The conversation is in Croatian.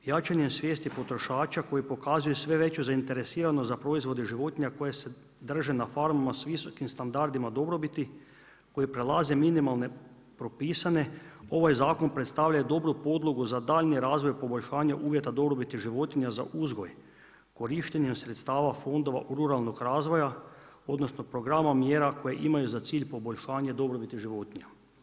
Jačanjem svijesti potrošača koji pokazuju sve veću zainteresiranost za proizvode životinja koje se drže na farmama sa visokim standardima dobrobiti koje prelaze minimalne propisane, ovaj zakon predstavlja i dobru podlogu za daljnji razvoj poboljšanja uvjeta dobrobiti životinja za uzgoj korištenjem sredstava fondova ruralnog razvoja odnosno programa mjera koje imaju za cilj poboljšanje dobrobiti životinja.